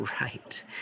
right